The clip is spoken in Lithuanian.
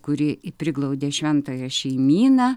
kuri priglaudė šventąją šeimyną